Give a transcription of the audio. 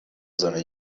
seiner